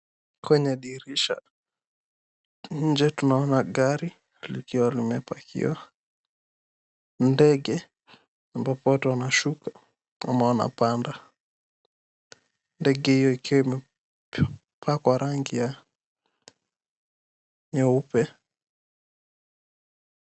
Kwenye dirisha, nje tunaona gari likiwa limepakiwa. Ndege ambapo watu wanashuka ama wanapanda. Ndege hio ikiwa imepakwa rangi ya nyeupe.